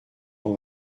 pour